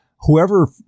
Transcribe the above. whoever